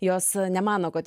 jos nemano kad